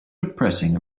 depressing